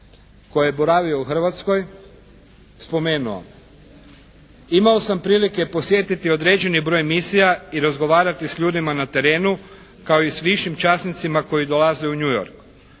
koji je boravio u Hrvatskoj spomenuo, imao sam prilike posjetiti određeni broj misija i razgovarati s ljudima na terenu kao i s višim časnicima koji dolaze u New York.